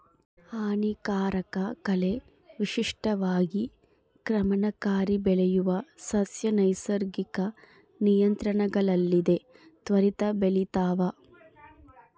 ಹಾನಿಕಾರಕ ಕಳೆ ವಿಶಿಷ್ಟವಾಗಿ ಕ್ರಮಣಕಾರಿ ಬೆಳೆಯುವ ಸಸ್ಯ ನೈಸರ್ಗಿಕ ನಿಯಂತ್ರಣಗಳಿಲ್ಲದೆ ತ್ವರಿತ ಬೆಳಿತಾವ